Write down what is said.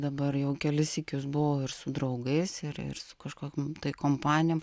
dabar jau kelis sykius buvau ir su draugais ir ir su kažkokiom kompanijom